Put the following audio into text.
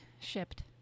shipped